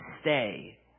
stay